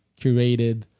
curated